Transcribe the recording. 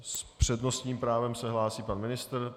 S přednostním právem se hlásí pan ministr.